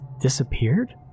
disappeared